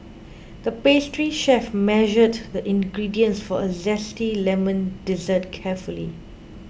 the pastry chef measured the ingredients for a Zesty Lemon Dessert carefully